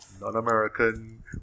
non-American